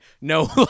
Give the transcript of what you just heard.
no